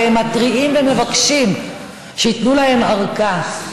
והם מתריעים ומבקשים שייתנו להם ארכה.